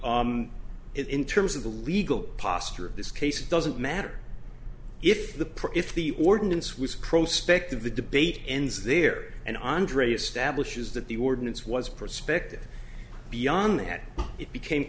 it in terms of the legal posture of this case it doesn't matter if the pro if the ordinance was prospect of the debate ends there and andrea stablish is that the ordinance was perspective beyond that it became